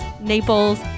Naples